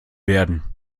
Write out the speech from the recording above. werden